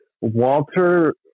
Walter